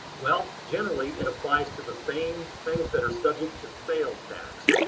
well generally it applies to the same things that are subject to sales tax.